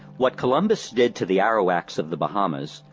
what columbus did to the arawak's of the bahamas,